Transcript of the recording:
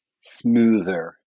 smoother